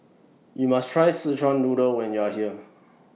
YOU must Try Sichuan Noodle when YOU Are here